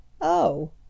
Oh